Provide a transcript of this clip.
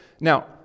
Now